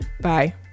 Bye